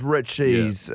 Richies